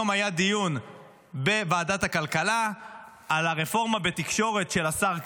היום היה דיון בוועדת הכלכלה על הרפורמה בתקשורת של השר קרעי.